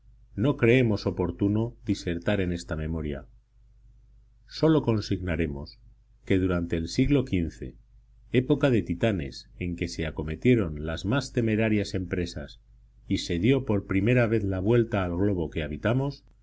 no creemos oportuno disertar en esta memoria sólo consignaremos que durante el siglo xv época de titanes en que se acometieron las más temerarias empresas y se dio por primera vez la vuelta al globo que habitamos